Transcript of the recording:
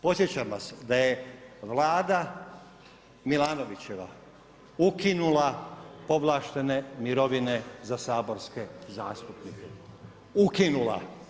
Podsjećam vas da je Vlada Milanovićeva ukinula povlaštene mirovine za saborske zastupnike, ukinula.